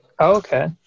Okay